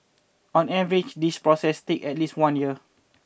on average this process takes at least one year